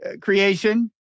creation